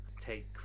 Take